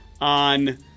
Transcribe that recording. on